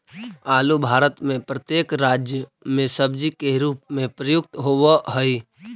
आलू भारत में प्रत्येक राज्य में सब्जी के रूप में प्रयुक्त होवअ हई